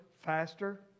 faster